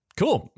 cool